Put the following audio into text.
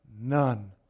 None